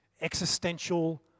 existential